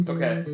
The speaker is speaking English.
Okay